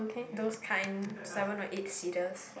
those kind seven or eight seaters